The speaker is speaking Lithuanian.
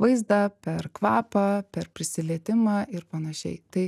vaizdą per kvapą per prisilietimą ir panašiai tai